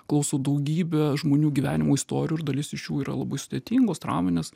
klauso daugybės žmonių gyvenimo istorijų ir dalis iš jų yra labai sudėtingos trauminės